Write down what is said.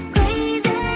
Crazy